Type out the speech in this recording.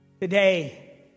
Today